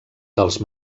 dels